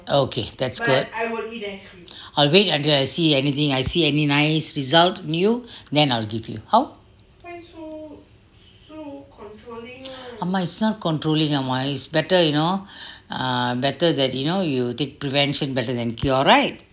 okay that's good I will wait until I see anything any nice result in you then I'll give you how amma it's not controlling [one] not controlling better you know ah better you know take prevention better than cure right